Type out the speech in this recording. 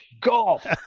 golf